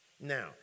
Now